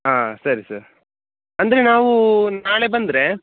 ಹಾಂ ಸರಿ ಸರ್ ಅಂದರೆ ನಾವು ನಾಳೆ ಬಂದರೆ